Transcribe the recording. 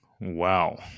Wow